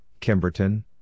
Kimberton